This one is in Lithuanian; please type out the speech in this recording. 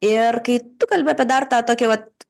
ir kai tu kalbi apie dar tą tokį vat